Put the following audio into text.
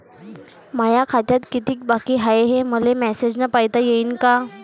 माया खात्यात कितीक बाकी हाय, हे मले मेसेजन पायता येईन का?